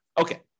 Okay